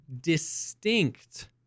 distinct